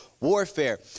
warfare